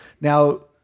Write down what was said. Now